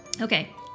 Okay